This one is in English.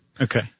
Okay